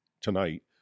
tonight